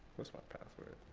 what's my password?